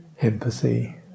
empathy